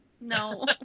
No